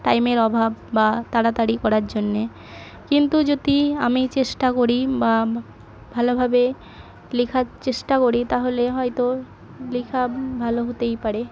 টাইমের অভাব বা তাড়াতাড়ি করার জন্যে কিন্তু যদি আমি চেষ্টা করি বা মা ভালোভাবে লেখার চেষ্টা করি তাহলে হয়তো লেখা ভালো হতেই পারে